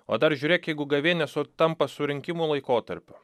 o dar žiūrėk jeigu gavėnia sutampa su rinkimų laikotarpiu